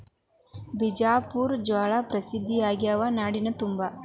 ಬಿಜಾಪುರ ಜ್ವಾಳಾ ಪ್ರಸಿದ್ಧ ಆಗ್ಯಾವ ನಾಡಿನ ತುಂಬಾ